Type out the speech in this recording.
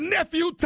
Nephew